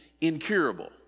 incurable